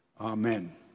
amen